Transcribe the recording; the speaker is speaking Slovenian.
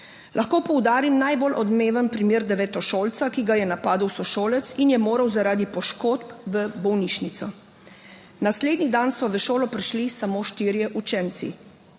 Lahko poudarim najbolj odmeven primer devetošolca, ki ga je napadel sošolec in je moral zaradi poškodb v bolnišnico. Naslednji dan so v šolo prišli samo štirje učenci.